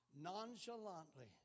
nonchalantly